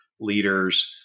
leaders